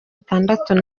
atandatu